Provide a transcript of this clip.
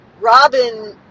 Robin